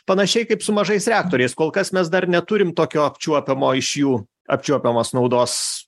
panašiai kaip su mažais reaktoriais kol kas mes dar neturim tokio apčiuopiamo iš jų apčiuopiamos naudos